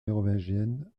mérovingienne